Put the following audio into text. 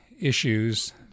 issues